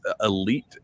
elite